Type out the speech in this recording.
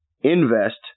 Invest